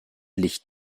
licht